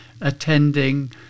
attending